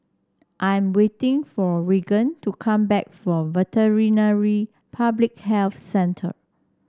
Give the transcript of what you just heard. I'm waiting for Regan to come back from Veterinary Public Health Centre